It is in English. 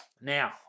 now